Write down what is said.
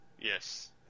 Yes